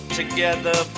together